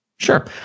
Sure